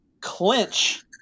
clinch